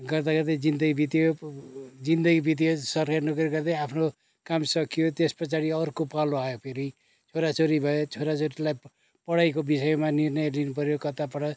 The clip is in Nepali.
गर्दा गर्दै जिन्दगी बित्यो जिन्दगी बित्यो सरकारी नोकरी गर्दै आफ्नो काम सकियो त्यस पछाडि अर्को पालो आयो फेरि छोरा छोरी भए छोरा छोरीलाई पढाईको विषयमा निर्णय लिनु पऱ्यो कता पढाऊँ